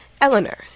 Eleanor